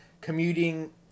commuting